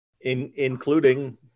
Including